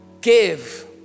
give